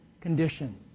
condition